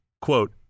quote